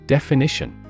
Definition